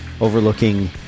overlooking